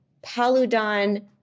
Paludan